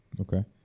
okay